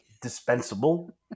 dispensable